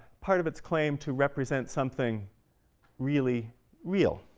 part of its claim to represent something really real